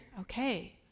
okay